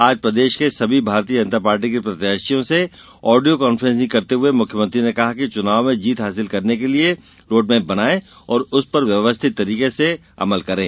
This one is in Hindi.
आज प्रदेश के समी भारतीय जनता पार्टी के प्रत्याशियों से आडियो कान्फ्रेसिंग करते हुए मुख्यमंत्री ने कहा कि चुनाव में जीत हासिल करने के लिए रोड मैप बनाएं और उस पर व्यवस्थित तरीके से अमल करें